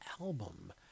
album